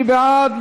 מי בעד?